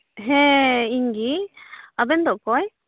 ᱦᱮᱸ ᱤᱧ ᱜᱮ ᱟᱵᱮᱱ ᱫᱚ ᱚᱠᱚᱭ